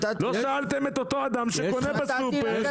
לא שאלתם את אותו אדם שקונה בסופר,